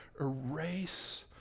erase